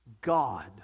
God